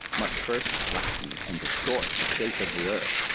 must first flatten and distort the shape of the earth,